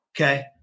Okay